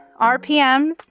RPMs